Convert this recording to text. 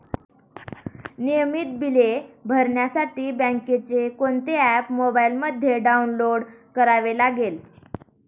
नियमित बिले भरण्यासाठी बँकेचे कोणते ऍप मोबाइलमध्ये डाऊनलोड करावे लागेल?